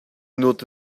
not